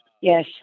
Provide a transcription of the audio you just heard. yes